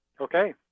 Okay